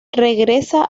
regresa